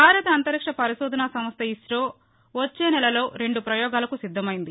భారత అంతరిక్ష పరిశోధనాసంస్వ ఇసో వచ్చే నెలలో రెండు పయోగాలకు సిద్ధమైంది